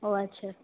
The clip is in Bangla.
ও আচ্ছা